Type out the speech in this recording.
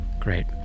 Great